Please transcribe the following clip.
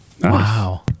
Wow